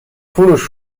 فروش